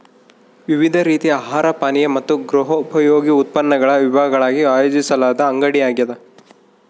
ವಿವಿಧ ರೀತಿಯ ಆಹಾರ ಪಾನೀಯ ಮತ್ತು ಗೃಹೋಪಯೋಗಿ ಉತ್ಪನ್ನಗಳ ವಿಭಾಗಗಳಾಗಿ ಆಯೋಜಿಸಲಾದ ಅಂಗಡಿಯಾಗ್ಯದ